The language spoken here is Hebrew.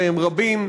והם רבים.